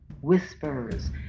Whispers